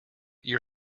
your